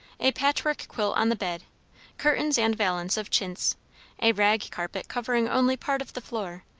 a patchwork quilt on the bed curtains and valance of chintz a rag carpet covering only part of the floor,